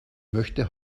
möchte